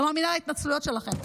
לא מאמינה להתנצלויות שלכם.